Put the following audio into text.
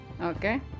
Okay